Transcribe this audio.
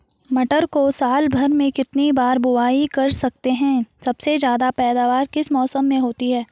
मटर को साल भर में कितनी बार बुआई कर सकते हैं सबसे ज़्यादा पैदावार किस मौसम में होती है?